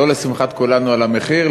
לא לשמחת כולנו על המחיר,